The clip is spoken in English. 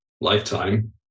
lifetime